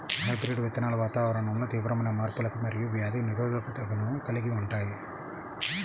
hybrid విత్తనాలు వాతావరణంలో తీవ్రమైన మార్పులకు మరియు వ్యాధి నిరోధకతను కలిగి ఉంటాయి